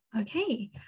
Okay